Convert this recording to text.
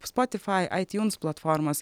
spotify itunes platformos